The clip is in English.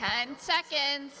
ten seconds